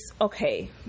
okay